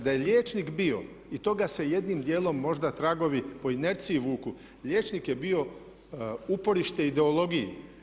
Da je liječnik bio i toga se jednim dijelom možda tragovi po inerciji vuku, liječnik je bio uporište ideologiji.